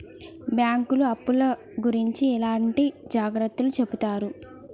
బ్యాంకులు అప్పుల గురించి ఎట్లాంటి జాగ్రత్తలు చెబుతరు?